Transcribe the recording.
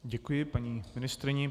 Děkuji paní ministryni.